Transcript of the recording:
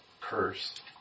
curse